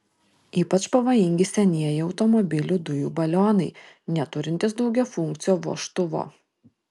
ypač pavojingi senieji automobilių dujų balionai neturintys daugiafunkcio vožtuvo